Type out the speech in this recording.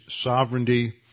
sovereignty